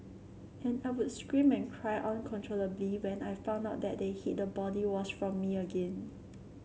and I would scream and cry uncontrollably when I found out that they'd hid the body wash from me again